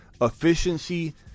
efficiency